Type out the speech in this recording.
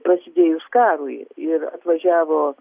prasidėjus karui ir atvažiavo